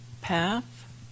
path